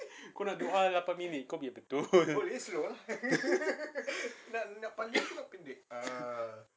kau nak doa lapan minit kau pergi doa